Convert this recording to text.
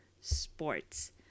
sports